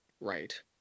right